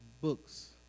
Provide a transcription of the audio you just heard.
books